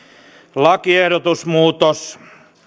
työn alla lakiehdotusmuutos